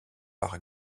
par